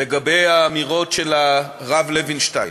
לגבי האמירות של הרב לוינשטיין.